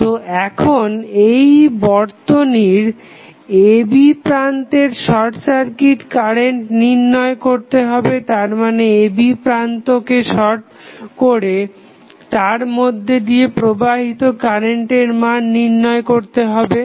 তো এখন এই বর্তনীর a b প্রান্তের শর্ট সার্কিট কারেন্ট নির্ণয় করতে হবে তারমানে a b প্রান্তকে শর্ট করে তার মধ্যে দিয়ে প্রবাহিত কারেন্টের মান নির্ণয় করতে হবে